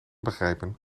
begrijpen